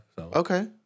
Okay